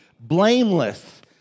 blameless